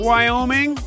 Wyoming